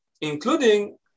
including